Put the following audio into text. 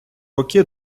роки